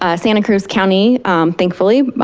ah santa cruz county thankfully,